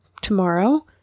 tomorrow